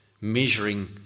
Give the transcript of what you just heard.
measuring